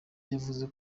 yavuze